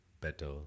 better